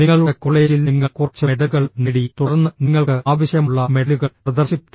നിങ്ങളുടെ കോളേജിൽ നിങ്ങൾ കുറച്ച് മെഡലുകൾ നേടി തുടർന്ന് നിങ്ങൾക്ക് ആവശ്യമുള്ള മെഡലുകൾ പ്രദർശിപ്പിക്കണം